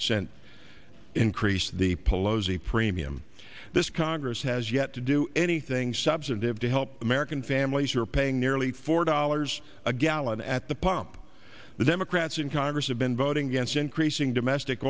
cent increase the pelosi premium this congress has yet to do anything substantive to help american families are paying nearly four dollars a gallon at the pump the democrats in congress have been voting against increasing domestic